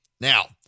Now